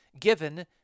given